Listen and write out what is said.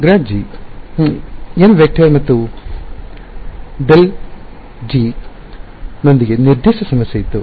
∇g · nˆ ಮತ್ತು ∇g · nˆ ನೊಂದಿಗೆ ನಿರ್ದಿಷ್ಟ ಸಮಸ್ಯೆ ಇತ್ತು